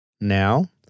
now